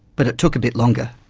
but it took a bit longer.